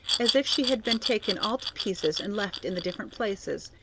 as if she had been taken all to pieces and left in the different places.